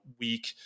week